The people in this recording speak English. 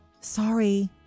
sorry